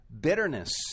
bitterness